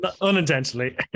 Unintentionally